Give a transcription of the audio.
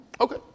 Okay